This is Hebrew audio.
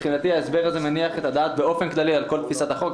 מבחינתי ההסבר הזה מניח את הדעת באופן כללי על כל תפיסת החוק,